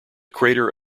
crater